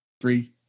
Three